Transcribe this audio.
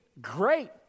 great